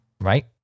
right